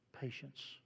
patience